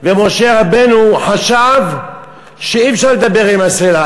ומשה רבנו חשב שאי-אפשר לדבר עם הסלע,